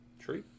tree